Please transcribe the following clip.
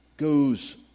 goes